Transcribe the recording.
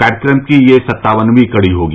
कार्यक्रम की यह सत्तावनवीं कड़ी होगी